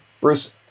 Bruce